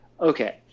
Okay